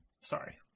Sorry